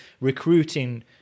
recruiting